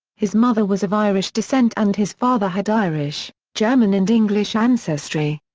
his mother was of irish descent and his father had irish, german and english ancestry.